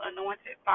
Anointed